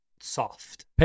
soft